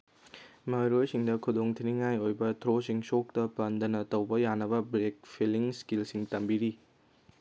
ꯃꯍꯩꯔꯣꯏꯁꯤꯡꯗ ꯈꯨꯗꯣꯡꯊꯤꯅꯤꯉꯥꯏ ꯑꯣꯏꯕ ꯊ꯭ꯔꯣꯁꯤꯡ ꯁꯣꯛꯇ ꯄꯟꯗꯅ ꯇꯧꯕ ꯌꯥꯅꯕ ꯕ꯭ꯔꯦꯛ ꯐꯤꯂꯤꯡ ꯏꯁꯀꯤꯜꯁꯤꯡ ꯇꯝꯕꯤꯔꯤ